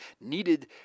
needed